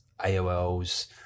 AOLs